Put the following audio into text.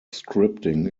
scripting